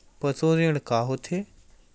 पशु ऋण का होथे?